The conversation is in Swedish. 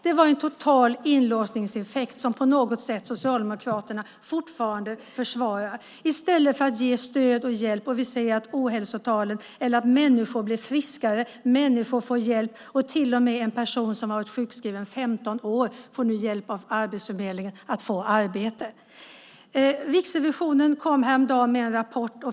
Det var en total inlåsningseffekt som på något sätt Socialdemokraterna fortfarande försvarar i stället för att ge stöd och hjälp. Vi ser att människor blir friskare och får hjälp. Till och med en person som varit sjukskriven i 15 år får nu hjälp av Arbetsförmedlingen att få arbete. Riksrevisionen kom häromdagen med en rapport.